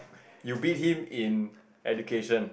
you beat him in education